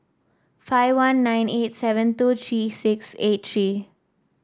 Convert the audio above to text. five one nine eight seven two three six eight three